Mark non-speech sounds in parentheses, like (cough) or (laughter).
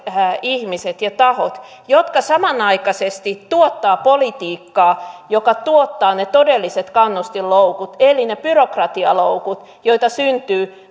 ihmiset ja tahot jotka samanaikaisesti tuottavat politiikkaa joka tuottaa ne todelliset kannustinloukut eli ne byrokratialoukut joita syntyy (unintelligible)